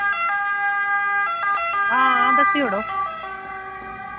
हां दस्सी ओड़ो